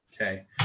Okay